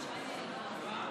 שמענו.